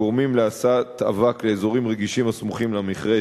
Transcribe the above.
הגורמים להסעת אבק לאזורים רגישים הסמוכים למכרה,